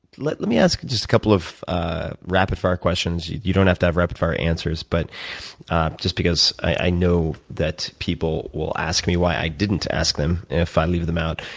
let let me ask just a couple of ah rapid fire questions. you you don't have to have rapid fire answers but just because i know that people will ask me why i didn't ask them if i leave them out.